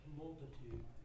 multitude